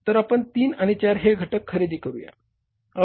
तर आपण तीन आणि चार हे घटक खरेदी करूया